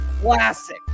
classic